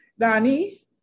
Dani